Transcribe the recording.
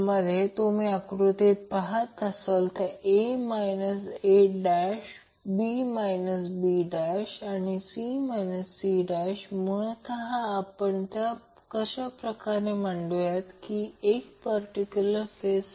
जर ते सोडवले आणि 0 केले तर RL 2 मिळेल R g 2 x g 2 मिळेल म्हणजे RL √R g 2 x g 2 आणि ते Zg ची मग्नित्यूड आहे